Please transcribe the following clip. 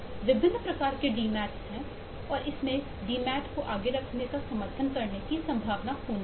विभिन्न प्रकार के डीमैट को आगे रखने का समर्थन करने की संभावना होनी चाहिए